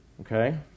Okay